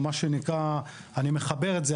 אני מחבר את זה,